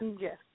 Yes